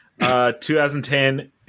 2010